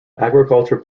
agriculture